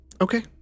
Okay